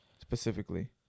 specifically